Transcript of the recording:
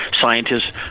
scientists